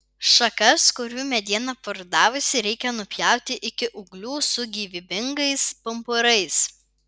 šakas kurių mediena parudavusi reikia nupjauti iki ūglių su gyvybingais pumpurais